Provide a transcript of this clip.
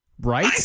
Right